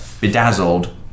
bedazzled